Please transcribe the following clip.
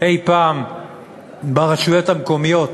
אי-פעם ברשויות המקומיות,